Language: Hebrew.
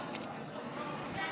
אני קובע